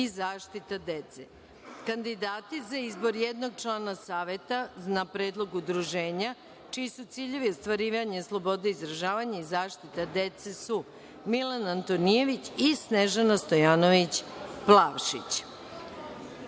i zaštite dece. Kandidati za izbor jednog člana Saveta na Predlog udruženja, čiji su ciljevi ostvarivanje slobode izražavanja i zaštita dece su: Milan Antonijević i Snežana Stojanović Plavšić.Za